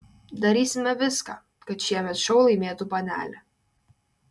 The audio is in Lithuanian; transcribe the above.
darysime viską kad šiemet šou laimėtų panelė